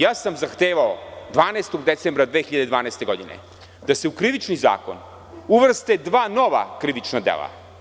Zahtevao sam 12. decembra 2012. godine da se u Krivični zakon uvrste dva nova krivična dela.